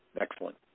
Excellent